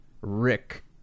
Rick